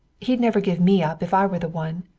he'd never give me up if i were the one.